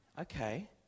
Okay